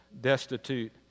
destitute